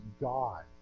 God